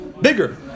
bigger